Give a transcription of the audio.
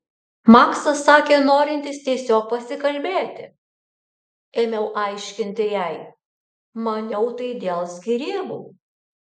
maksas sakė norintis tiesiog pasikalbėti ėmiau aiškinti jai maniau tai dėl skyrybų